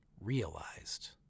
realized